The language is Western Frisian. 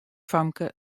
famke